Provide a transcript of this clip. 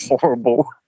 horrible